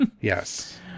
Yes